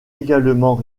également